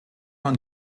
und